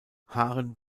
haaren